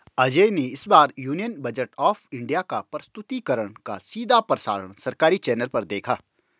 अजय ने इस बार यूनियन बजट ऑफ़ इंडिया का प्रस्तुतिकरण का सीधा प्रसारण सरकारी चैनल पर देखा